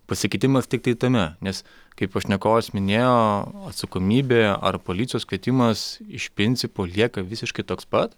pasikeitimas tiktai tame nes kaip pašnekovas minėjo atsakomybė ar policijos kvietimas iš principo lieka visiškai toks pat